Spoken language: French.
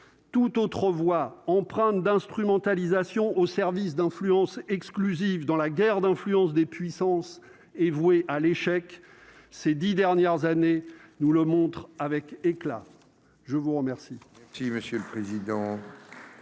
toute autre voix empreinte d'instrumentalisation au service d'influence exclusive dans la guerre d'influence des puissances est vouée à l'échec, ces 10 dernières années, nous le montre avec éclat, je vous remercie.